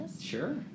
Sure